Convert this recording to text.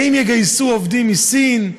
האם יגייסו עובדים מסין?